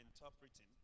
interpreting